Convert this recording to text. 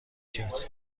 کرد